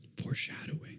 Foreshadowing